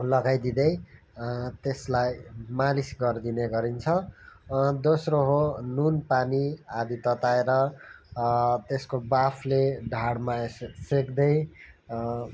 लगाइदिँदै त्यसलाई मालिस गर्दिने गरिन्छ दोस्रो हो नुन पानी आदि तताएर यसको बाफले ढाडमा सेक्दै